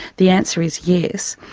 the answer is yes.